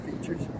features